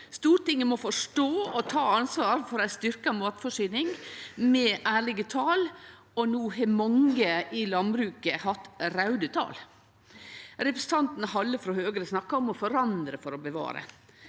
Stortinget må forstå og ta ansvar for ei styrkt matforsyning med ærlege tal, og no har mange i landbruket hatt raude tal. Representanten Westgaard-Halle frå Høgre snakka om å forandre for å bevare.